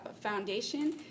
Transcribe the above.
foundation